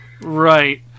Right